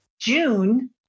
June